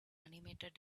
animated